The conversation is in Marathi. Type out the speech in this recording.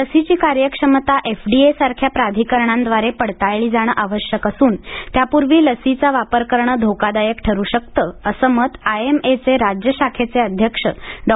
लसीची कार्यक्षमता एफडीएसारख्या प्राधीकरणांद्वारे पडताळली जाणं आवश्यक असून त्यापूर्वी लसीचा वापर करणं धोकादायक ठरू शकतं असं मत आयएमए चे राज्य शाखेचे अध्यक्ष डॉ